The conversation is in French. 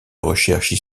recherches